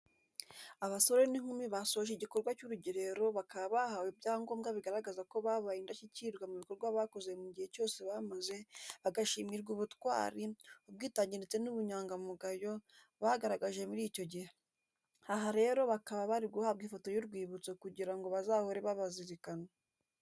Abasore n'inkumi basoje igikorwa cy'urugerero bakaba bahawe ibyangombwa bigaragaza ko babaye indashyikirwa mu bikorwa bakoze mu gihe cyose bamaze, bagashimirwa ubutwari, ubwitange ndetse n'ubunyangamugayo bagaragaje muri icyo gihe. Aha rero bakaba bari guhabwa ifoto y'urwibutso kugira ngo bazahore babizirikana.